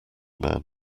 man